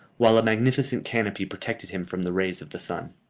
while a magnificent canopy protected him from the rays of the sun.